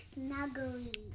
Snuggly